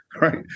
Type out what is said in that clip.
right